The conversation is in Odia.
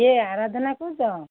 କିଏ ଆରାଧନା କହୁଛ